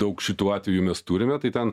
daug šitų atvejų mes turime tai ten